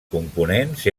components